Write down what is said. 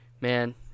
man